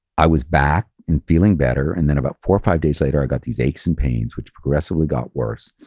i was back and feeling better. and then about four or five days later, i got these aches and pains, which progressively got worse.